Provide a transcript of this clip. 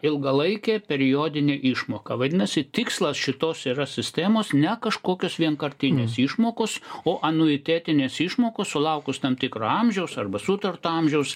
ilgalaikė periodinė išmoka vadinasi tikslas šitos yra sistemos ne kažkokios vienkartinės išmokos o anuitetinės išmokos sulaukus tam tikro amžiaus arba sutarto amžiaus